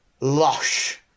Lush